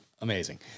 Amazing